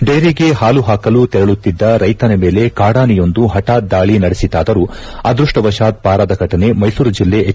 ಡೈರಿಗೆ ಹಾಲು ಹಾಕಲು ತೆರಳುತ್ತಿದ್ದ ರೈತನ ಮೇಲೆ ಕಾಡಾನೆಯೊಂದು ಹಠಾತ್ ದಾಳಿ ನಡೆಸಿತಾದರೂ ಅದೃಷ್ಟ ವಶಾತ್ ಪಾರಾದ ಫಟನೆ ಮೈಸೂರು ಜಿಲ್ಲೆ ಹೆಚ್